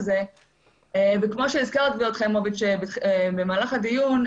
וכמו שהזכרת גב' חיימוביץ' במהלך הדיון,